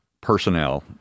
personnel